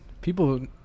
people